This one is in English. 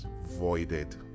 voided